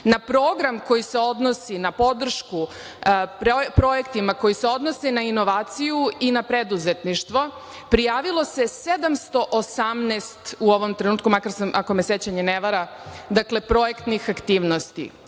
na program koji se odnosi na podršku, projektima koji se odnosi inovaciju i na preduzetništvo, prijavilo se 718 u ovom trenutku ako me sećanje ne vara, dakle, projektnih aktivnosti.